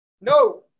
No